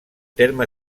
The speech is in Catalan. terme